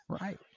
Right